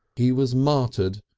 he was martyred,